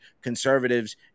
conservatives